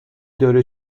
داره